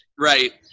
Right